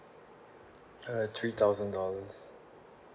uh three thousand dollars